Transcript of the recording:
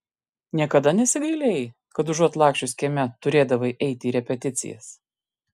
niekada nesigailėjai kad užuot laksčiusi kieme turėdavai eiti į repeticijas